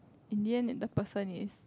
in the end in the person is